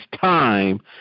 time